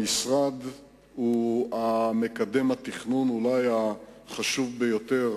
המשרד הוא מקדם התכנון אולי החשוב ביותר